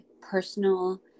personal